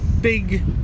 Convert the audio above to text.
big